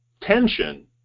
tension